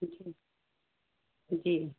जी जी